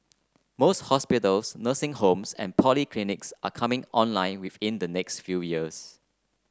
most hospitals nursing homes and polyclinics are coming online within the next few years